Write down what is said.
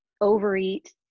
overeat